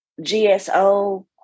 GSO